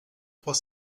trois